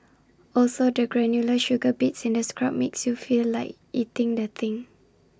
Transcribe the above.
also the granular sugar bits in the scrub makes you feel like eating the thing